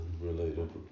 related